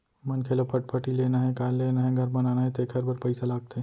मनखे ल फटफटी लेना हे, कार लेना हे, घर बनाना हे तेखर बर पइसा लागथे